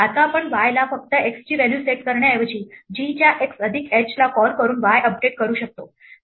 आता आपण y ला फक्त x ची व्हॅल्यू सेट करण्याऐवजी g च्या x अधिक h ला कॉल करून y अपडेट करू शकतो